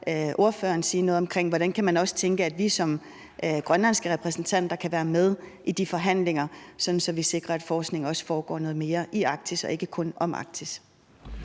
ordføreren sige noget om, hvordan man også kan tænke, at vi som grønlandske repræsentanter kan være med i de forhandlinger, sådan at vi også sikrer, at forskningen foregår noget mere i Arktis og ikke kun om Arktis.